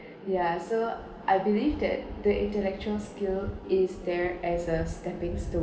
ya so I believe that the intellectual skill is there as a stepping stone